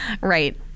Right